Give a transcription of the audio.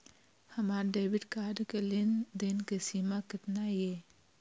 हमार debit card के लेन देन के सीमा केतना ये?